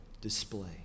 display